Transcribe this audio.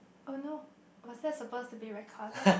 oh no was that suppose to be recorded